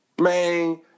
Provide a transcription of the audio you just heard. Man